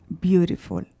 beautiful